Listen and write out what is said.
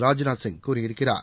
ராஜ்நாத் சிங் கூறியிருக்கிறார்